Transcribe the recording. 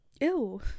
ew